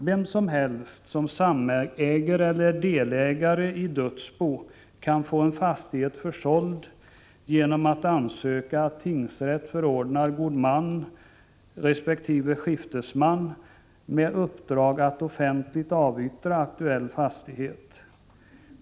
Vem som helst som samäger eller är delägare i dödsbo kan få en fastighet försåld genom att ansöka om att tingsrätt förordnar god man resp. skiftesman med uppdrag att offentligt avyttra aktuell fastighet.